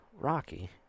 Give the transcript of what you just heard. Rocky